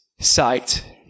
sight